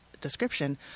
description